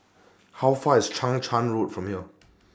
How Far IS Chang Charn Road from here